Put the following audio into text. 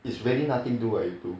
is really nothing do ah you two